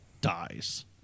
dies